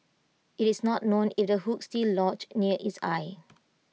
IT is not known if the hook is still lodged near its eye